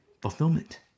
Fulfillment